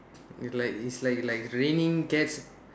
it like it's like like raining cats